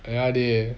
ya dey